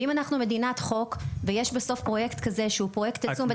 ואם אנחנו מדינת חוק ויש בסוף פרויקט כזה שהוא פרויקט עצום,